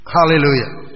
Hallelujah